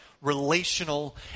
relational